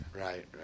Right